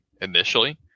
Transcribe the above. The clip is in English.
initially